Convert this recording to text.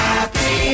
Happy